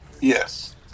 yes